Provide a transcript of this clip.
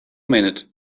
minute